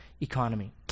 economy